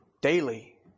Daily